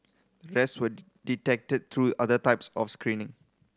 the rest were detected through other types of screening